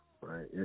right